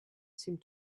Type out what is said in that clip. seemed